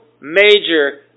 major